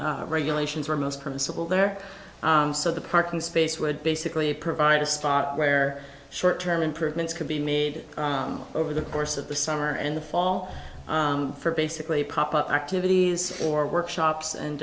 code regulations are most permissible there so the parking space would basically provide a spot where short term improvements can be made over the course of the summer and fall for basically pop up activities or workshops and